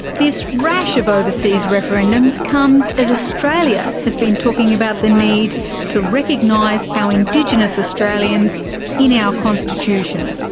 this rash of overseas referendums comes as australia has been talking about the need to recognise our indigenous australians in our constitution.